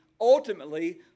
ultimately